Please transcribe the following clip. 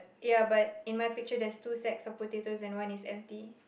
ya but in my picture there's two sack of potato and one is empty